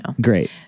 Great